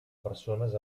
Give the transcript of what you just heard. persones